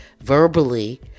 verbally